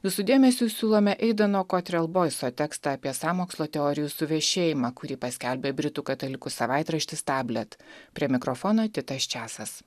jūsų dėmesiui siūlome eidono kotrel boiso tekstą apie sąmokslo teorijų suvešėjimą kurį paskelbė britų katalikų savaitraštis tablet prie mikrofono titas česas